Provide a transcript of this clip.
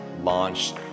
launched